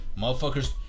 Motherfuckers